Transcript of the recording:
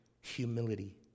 humility